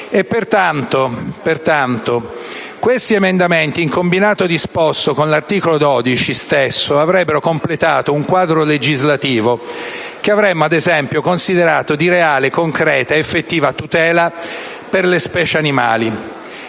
Pertanto, questi emendamenti, in combinato disposto con l'articolo 12, avrebbero completato un quadro legislativo che avremmo considerato di reale, concreta ed effettiva tutela per le specie animali.